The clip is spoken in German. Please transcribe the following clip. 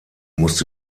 musste